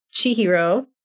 Chihiro